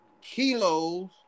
kilos